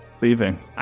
leaving